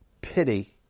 pity